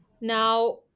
Now